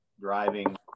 driving